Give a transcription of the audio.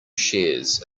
shares